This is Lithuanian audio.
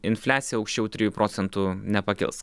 infliacija aukščiau trijų procentų nepakils